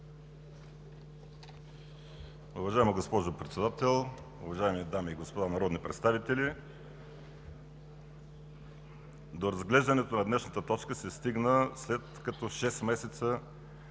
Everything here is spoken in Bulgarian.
Уважаема госпожо Председател, уважаеми дами и господа народни представители! До разглеждането на днешната точка се стигна, след като шест месеца